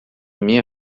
minha